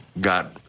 got